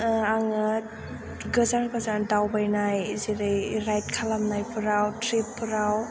आङो गोजान गोजान दावबायनाय जेरै राइद खालामनायफोराव ट्रिपफोराव